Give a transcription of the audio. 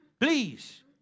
Please